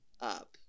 up